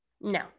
no